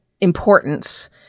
importance